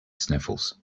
sniffles